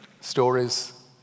Stories